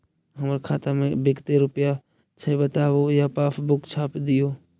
हमर खाता में विकतै रूपया छै बताबू या पासबुक छाप दियो?